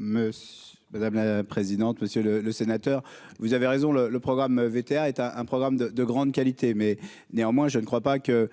madame la présidente, monsieur le le sénateur, vous avez raison, le le programme et as un programme de de grande qualité mais néanmoins, je ne crois pas que